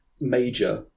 Major